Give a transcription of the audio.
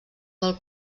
del